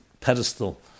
pedestal